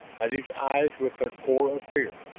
at his eyes with their core of fear.